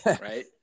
right